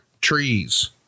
trees